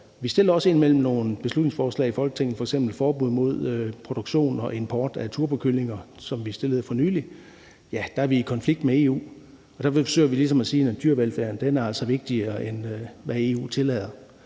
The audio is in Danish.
i konflikt med EU. Det gælder f.eks. forslaget om et forbud mod produktion og import af turbokyllinger, som vi fremsatte for nylig. Der er vi i konflikt med EU , og der forsøger vi ligesom at sige, at dyrevelfærden altså er vigtigere, end hvad EU tillader.